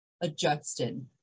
adjusted